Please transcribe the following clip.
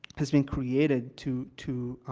has been created to to, ah,